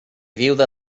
viuda